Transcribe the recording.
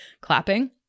clapping